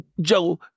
Joe